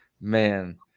Man